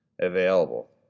available